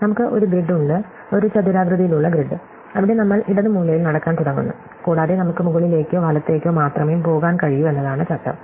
നമുക്ക് ഒരു ഗ്രിഡ് ഉണ്ട് ഒരു ചതുരാകൃതിയിലുള്ള ഗ്രിഡ് അവിടെ നമ്മൾ ഇടത് മൂലയിൽ നടക്കാൻ തുടങ്ങുന്നു കൂടാതെ നമുക്ക് മുകളിലേക്കോ വലത്തേക്കോ മാത്രമേ പോകാൻ കഴിയൂ എന്നതാണ് ചട്ടം